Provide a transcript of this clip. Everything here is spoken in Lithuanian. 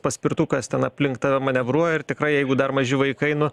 paspirtukas ten aplink tave manevruoja ir tikrai jeigu dar maži vaikai nu